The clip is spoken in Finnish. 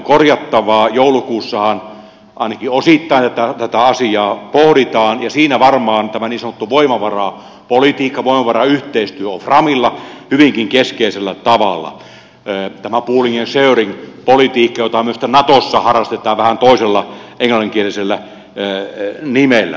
joulukuussahan ainakin osittain tätä asiaa pohditaan ja siinä varmaan tämä niin sanottu voimavarapolitiikka voimavarayhteistyö on framilla hyvinkin keskeisellä tavalla tämä pooling and sharing politiikka jota myös sitten natossa harrastetaan vähän toisella englanninkielisellä nimellä